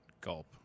gulp